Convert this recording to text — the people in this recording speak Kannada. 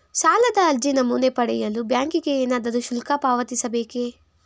ಸಾಲದ ಅರ್ಜಿ ನಮೂನೆ ಪಡೆಯಲು ಬ್ಯಾಂಕಿಗೆ ಏನಾದರೂ ಶುಲ್ಕ ಪಾವತಿಸಬೇಕೇ?